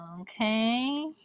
Okay